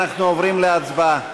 אנחנו עוברים להצבעה.